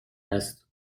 است